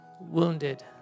wounded